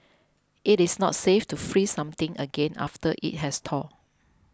it is not safe to freeze something again after it has thawed